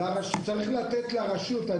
אני אומר שצריך לתת לרשות.